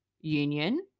union